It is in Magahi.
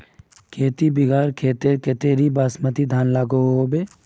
खेती बिगहा खेतेर केते कतेरी बासमती धानेर लागोहो होबे?